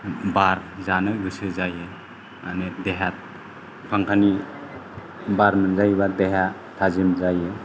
बार जानो गोसो जायो माने देहाया फांखानि बार मोनजायोब्ला देहाया थाजिम जायो